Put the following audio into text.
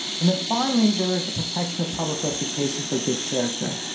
and then finally, there is the protection of public reputation for good character.